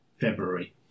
February